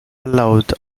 allowed